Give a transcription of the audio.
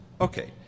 okay